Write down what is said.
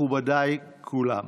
מכובדיי כולם.